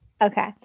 Okay